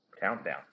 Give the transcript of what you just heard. Countdown